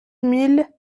mille